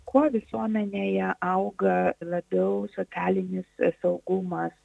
kuo visuomenėje auga labiau socialinis saugumas